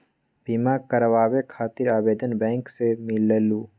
बिमा कराबे खातीर आवेदन बैंक से मिलेलु?